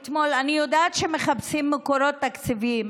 אני יודעת שמחפשים מקורות תקציביים.